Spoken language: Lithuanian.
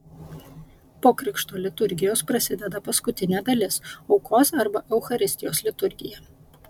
po krikšto liturgijos prasideda paskutinė dalis aukos arba eucharistijos liturgija